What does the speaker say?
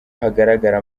hagaragara